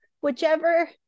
whichever